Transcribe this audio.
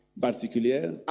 particulière